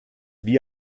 wie